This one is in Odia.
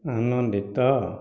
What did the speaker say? ଆନନ୍ଦିତ